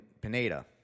Pineda